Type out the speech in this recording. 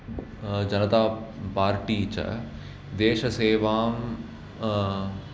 जनतापार्टी च देशसेवां